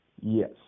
Yes